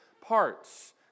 parts